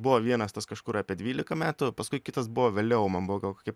buvo vienas tas kažkur apie dvylika metų paskui kitas buvo vėliau man buvo gal kokie